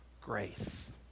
grace